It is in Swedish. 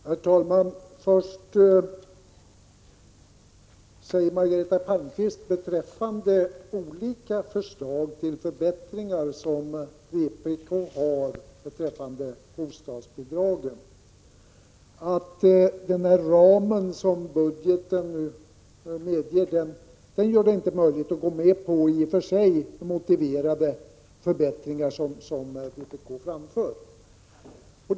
Herr talman! Margareta Palmqvist säger beträffande de olika förslag till förbättringar avseende bostadsbidragen som vpk har lagt fram att det inte är möjligt att inom den ram som budgeten nu medger gå med på de i och för sig motiverade förbättringar som vpk föreslår.